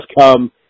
come